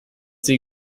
sie